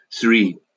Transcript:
Three